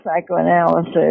psychoanalysis